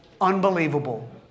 unbelievable